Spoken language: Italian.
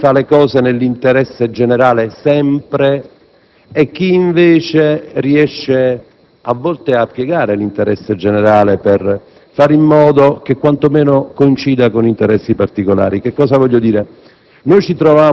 tra chi agisce sempre nell'interesse generale e chi invece, a volte, riesce a piegare l'interesse generale per fare in modo che quantomeno coincida con interessi particolari. Quel che voglio dire